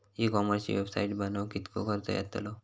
E कॉमर्सची website बनवक किततो खर्च येतलो?